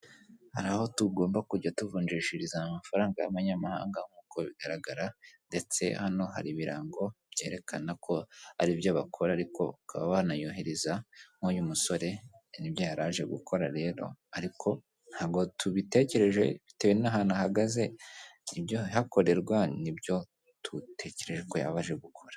Hari aho tugomba kujya tuvunjishirizaya amafaranga y'amanyamahanga nk'uko bigaragara, ndetse hano hari ibirango byerekana ko aribyo bakora ariko bakaba banayohereza, nk'uyu musore nibyo yari aje gukora rero ariko ntabwo tubitekereje bitewe n'ahantu ahagaze, ibyo hakorerwa n'ibyo dutekereje ko yaje gukora.